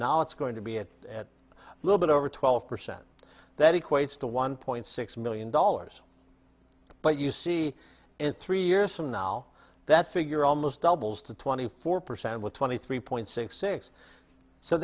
now it's going to be at a little bit over twelve percent that equates to one point six million dollars but you see in three years from now that figure almost doubles to twenty four percent with twenty three point six six so